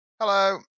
Hello